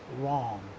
wrong